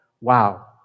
wow